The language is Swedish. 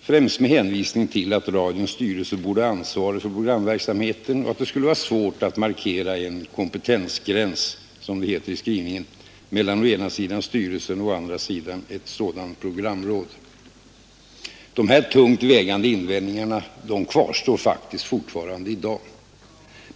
främst med hänvisning till att radions styrelse borde ha ansvaret för programverksamheten och att det skulle vara svårt att markera en kompetensgräns, som det heter i skrivningen, mellan å ena sidan styrelsen och å andra sidan ett sådant programråd. De här tungt vägande invändningarna kvarstår faktiskt fortfarande i dag.